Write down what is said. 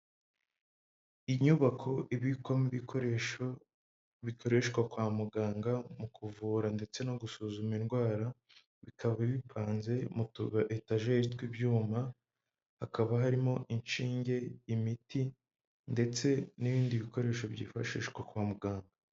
Inyubako ibikwamo ibikoresho, bikoreshwa kwa muganga mu kuvura ndetse no gusuzuma indwara. Bikaba bipanze mutu etageri tw'ibyuma, hakaba harimo inshinge, imiti, ndetse n'ibindi bikoresho byifashishwa kwa muganga.